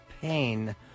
pain